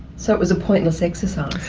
so it was a pointless exercise?